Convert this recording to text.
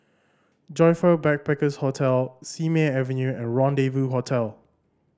Joyfor Backpackers' Hostel Simei Avenue and Rendezvous Hotel